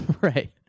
Right